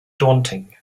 daunting